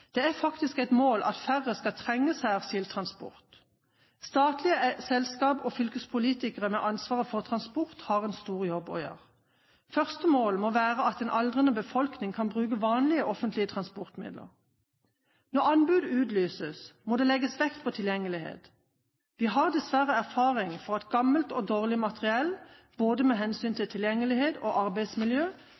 Det er faktisk et mål at færre skal trenge særskilt transport. Statlige selskap og fylkespolitikere med ansvaret for transport har en stor jobb å gjøre. Første mål må være at en aldrende befolkning kan bruke vanlige offentlige transportmidler. Når anbud utlyses, må det legges vekt på tilgjengelighet. Vi har dessverre erfaring for at gammelt og dårlig materiell både med hensyn til tilgjengelighet og arbeidsmiljø